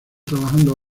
trabajando